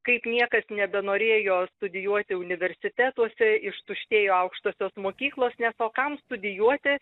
kaip niekas nebenorėjo studijuoti universitetuose ištuštėjo aukštosios mokyklos nes o kam studijuoti